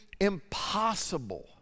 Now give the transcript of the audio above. impossible